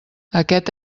aquest